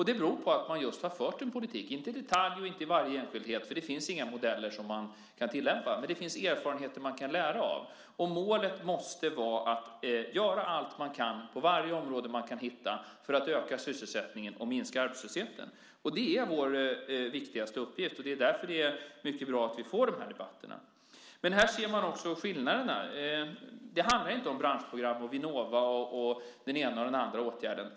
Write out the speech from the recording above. Det beror på att de just har fört en politik för det. Det har de inte gjort i detalj och i varje enskildhet, för det finns inga modeller man kan tillämpa. Men det finns erfarenheter man kan lära av. Målet måste vara att göra allt man kan på varje område man kan hitta för att öka sysselsättningen och minska arbetslösheten. Det är vår viktigaste uppgift. Det är därför det är mycket bra att vi får dessa debatter. Men här ser man också skillnaderna. Det handlar inte om branschprogram, Vinnova och den ena och den andra åtgärden.